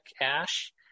ash